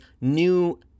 new